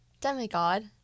Demigod